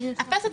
הפנסיות,